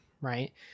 right